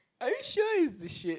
are you sure it's a shit